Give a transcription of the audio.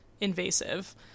invasive